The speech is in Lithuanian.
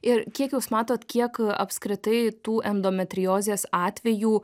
ir kiek jūs matot kiek apskritai tų endometriozės atvejų